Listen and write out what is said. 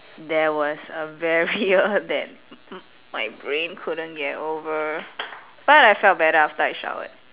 there was a barrier that my brain couldn't get over but I felt better after I showered